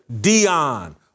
Dion